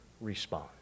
respond